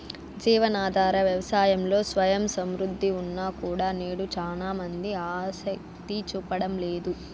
జీవనాధార వ్యవసాయంలో స్వయం సమృద్ధి ఉన్నా కూడా నేడు చానా మంది ఆసక్తి చూపడం లేదు